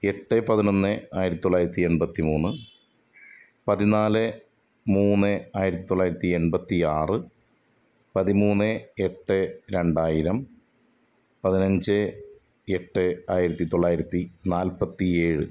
എട്ട് പതിനൊന്ന് ആയിരത്തി തൊള്ളായിരത്തി എണ്പത്തി മൂന്ന് പതിനാല് മൂന്ന് ആയിരത്തി തൊള്ളായിരത്തി എണ്പത്തി ആറ് പതിമൂന്ന് എട്ട് രണ്ടായിരം പതിനഞ്ച് എട്ട് ആയിരത്തി തൊള്ളായിരത്തി നാല്പത്തി ഏഴ്